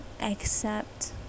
accept